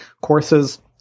Courses